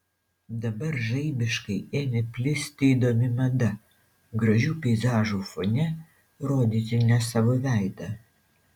dabar žaibiškai ėmė plisti įdomi mada gražių peizažų fone rodyti ne savo veidą